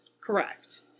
Correct